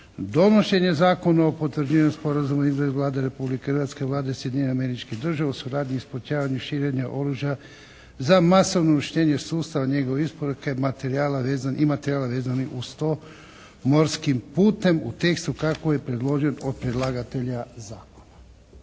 donošenje Zakona o potvrđivanju Sporazuma između Vlade Republike Hrvatske i Vlade Sjedinjenih Američkih Država o suradnji u sprječavanju širenja oružja za masovno uništenje, sustava njegove isporuke i materijala vezanih uz to morskim putem u tekstu kako predložen od predlagatelja zakona.